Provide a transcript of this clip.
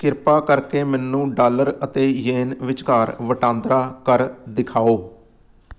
ਕਿਰਪਾ ਕਰਕੇ ਮੈਨੂੰ ਡਾਲਰ ਅਤੇ ਯੇਨ ਵਿਚਕਾਰ ਵਟਾਂਦਰਾ ਕਰ ਦਿਖਾਓ